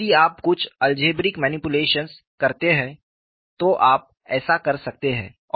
यदि आप कुछ अलजेब्रिक मणिपुलेशंस करते हैं तो आप ऐसा कर सकते हैं